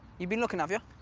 you've been looking, have ya?